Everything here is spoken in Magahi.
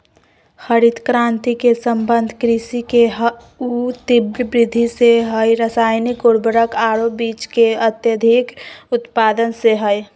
हरित क्रांति के संबंध कृषि के ऊ तिब्र वृद्धि से हई रासायनिक उर्वरक आरो बीज के अत्यधिक उत्पादन से हई